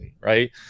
right